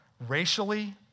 Racially